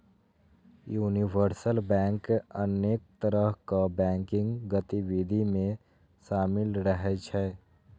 universal bank अनेक तरहक banking गतिविधि मे शामिल रहै छै